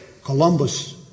Columbus